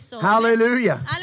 hallelujah